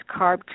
Carb